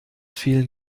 fehlen